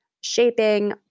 shaping